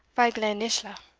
frae glen-isla,